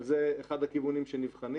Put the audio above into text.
אבל זה אחד הכיוונים שנבחנים.